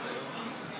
חוק ומשפט.